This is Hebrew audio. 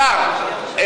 השר,